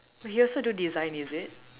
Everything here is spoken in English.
but he also do design is it